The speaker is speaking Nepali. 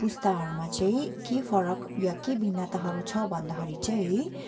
पुस्ताहरूमा चाहिँ के फरक या के भिन्नताहरू छ भन्दाखेरि चाहिँ